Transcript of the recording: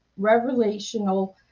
revelational